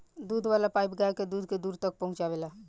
दूध वाला पाइप गाय के दूध के दूर तक पहुचावेला